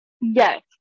Yes